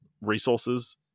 resources